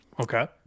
Okay